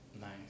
Nice